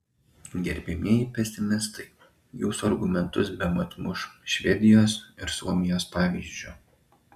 gerbiamieji pesimistai jūsų argumentus bemat muš švedijos ir suomijos pavyzdžiu